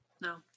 no